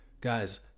guys